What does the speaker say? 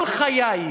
כל חיי,